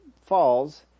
falls